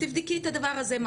אז תבדקי את הדבר הזה.